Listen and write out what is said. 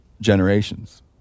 generations